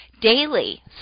daily